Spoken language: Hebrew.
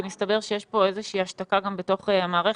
כי מסתבר שיש פה איזושהי השתקה גם בתוך המערכת.